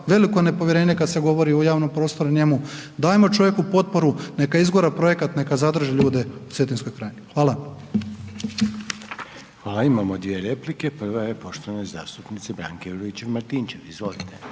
veliko nepovjerenje kad se govori o javnom prostoru i njemu, dajmo čovjeku potporu neka izgura projekat, neka zadrži ljude u Cetinskoj krajini. Hvala. **Reiner, Željko (HDZ)** Hvala. Imamo dvije replike, prva je poštovane zastupnice Branke Juričev Martinčev, izvolite.